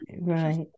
Right